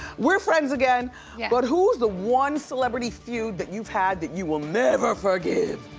we're friends again but who's the one celebrity feud that you've had that you will never forgive?